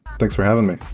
thanks for having me.